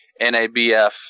NABF